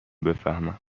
بفهمم